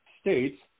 states